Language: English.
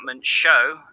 show